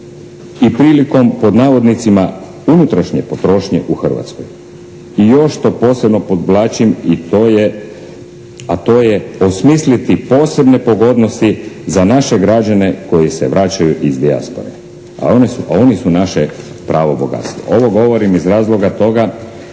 i prilikom "unutrašnje potrošnje" u Hrvatskoj. I još to posebno podvlačim a to je osmisliti posebne pogodnosti za naše građane koji se vraćaju iz dijaspore. A oni su naše pravo bogatstvo. Ovo govorim iz razloga toga